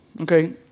okay